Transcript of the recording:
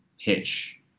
Pitch